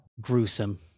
Gruesome